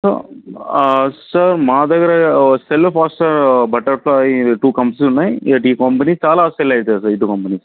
sir మా దగ్గర సెల్లో ఫాస్ట్ బటర్ఫ్లయి ఈ టు కంపెనీలు ఉన్నాయి ఇంక టూ కంపెనీ చాలా సెల్ అవుతాయి సార్ ఈ టూ కంపెనీస్